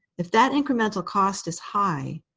if that incremental cost is high,